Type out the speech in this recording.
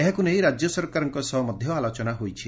ଏହାକୁ ନେଇ ରାଜ୍ୟ ସରକାରଙ୍କ ସହ ମଧ ଆଲୋଚନା ହୋଇଛି